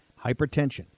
Hypertension